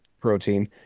protein